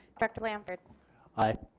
director blanford aye.